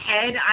head